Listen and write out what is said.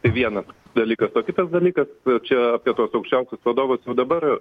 vienas dalykas o kitas dalykas čia apie tuos aukščiausius vadovus dabar